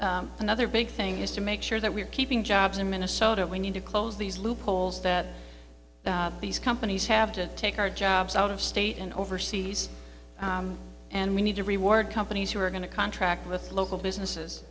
another big thing is to make sure that we're keeping jobs in minnesota we need to close these loopholes that these companies have to take our jobs out of state and overseas and we need to reward companies who are going to contract with local businesses